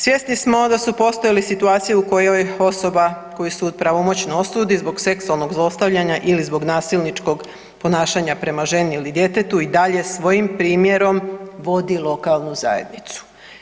Svjesni smo da su postojale situacije u kojoj osoba koju sud pravomoćno osudi zbog seksualnog zlostavljanja ili zbog nasilničkog ponašanja prema ženi ili djetetu i dalje svojim primjerom vodi lokalnu zajednicu.